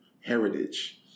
heritage